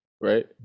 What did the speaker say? right